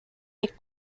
make